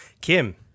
Kim